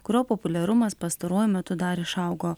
kurio populiarumas pastaruoju metu dar išaugo